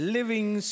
Living